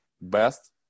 best